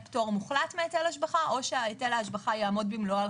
פטור מוחלט מהיטל השבחה או שהיטל ההשבחה יעמוד במלואו על